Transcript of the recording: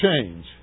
change